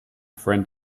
friend